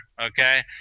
okay